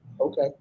okay